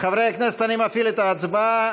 חברי הכנסת, אני מפעיל את ההצבעה.